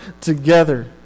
together